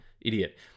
Idiot